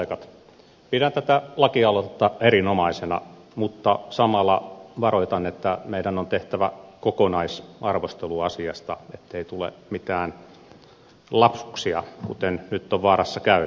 pidän tätä lakialoitetta erinomaisena mutta samalla varoitan että meidän on tehtävä kokonaisarvostelu asiasta ettei tule mitään lapsuksia kuten nyt on vaarassa käydä